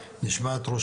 נשמע את ראש